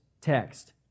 text